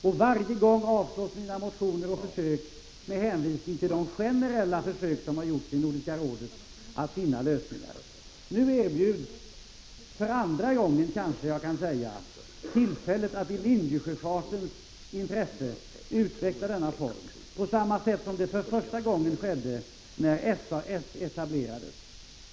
Mina motioner har dock alltid avslagits, med hänvisning till de generella försök som gjorts i Nordiska rådet när det gäller att finna lösningar i detta sammanhang. Det är nu andra gången som vi har tillfälle att i linjesjöfartens intresse utveckla nämnda samarbetsform — förra gången var när SAS etablerades.